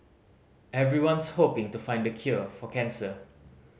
everyone's hoping to find the cure for cancer